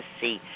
see